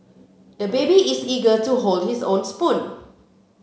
the baby is eager to hold his own spoon